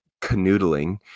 canoodling